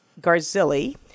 Garzilli